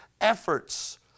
efforts